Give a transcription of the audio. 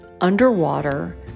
underwater